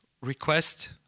request